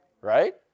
Right